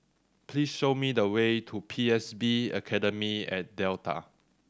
please show me the way to P S B Academy at Delta